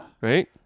Right